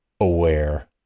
aware